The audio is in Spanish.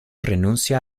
renuncia